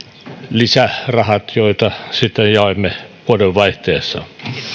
lisärahat joita sitten jaamme vuodenvaihteessa